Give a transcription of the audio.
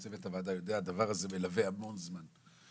צוות הוועדה יודע שהדבר הזה מלווה המון זמן.